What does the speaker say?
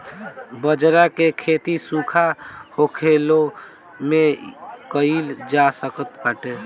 बजरा के खेती सुखा होखलो में कइल जा सकत बाटे